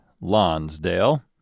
Lonsdale